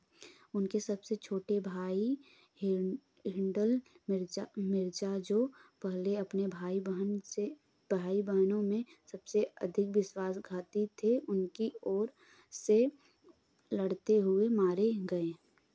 उनके सबसे छोटे भाई हिं हिंडल मिर्ज़ा मिर्ज़ा जो पहले अपने भाई बहन से भाई बहनों में सबसे अधिक विश्वासघाती थे उनकी ओर से लड़ते हुए मारे गए